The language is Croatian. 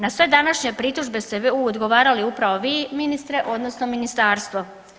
Na sve današnje pritužbe ste odgovarali upravo vi ministre, odnosno ministarstvo.